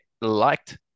liked